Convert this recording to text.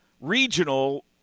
regional